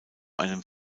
einem